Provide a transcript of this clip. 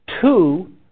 two